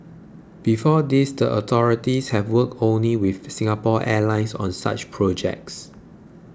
before this the authorities have worked only with Singapore Airlines on such projects